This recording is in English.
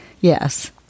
yes